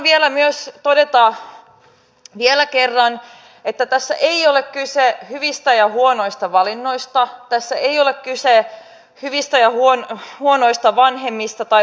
haluan myös todeta vielä kerran että tässä ei ole kyse hyvistä ja huonoista valinnoista tässä ei ole kyse hyvistä ja huonoista vanhemmista tai hoitomuodoista